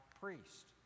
priest